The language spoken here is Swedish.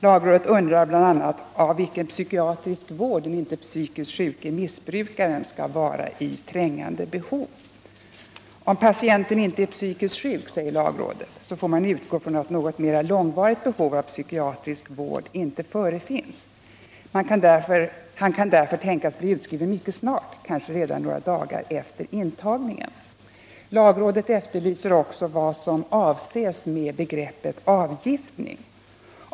Lagrådet undrar bl.a. av vilken psykiatrisk vård den inte psykiskt sjuke missbrukaren skall vara i trängande behov. Om patienten inte är psykiskt sjuk, säger lagrådet, får man utgå ifrån att något mera långvarigt behov av psykiatrisk vård inte förefinns. Han kan därför tänkas bli utskriven mycket snart, kanske redan några dagar efter intagningen. Lagrådet efterlyser också vad som avses med begreppet avgiftning.